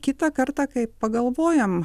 kitą kartą kai pagalvojam